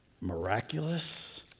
miraculous